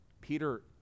Peter